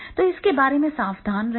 तो इसके बारे में सावधान रहें